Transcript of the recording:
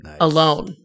Alone